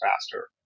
faster